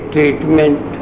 Treatment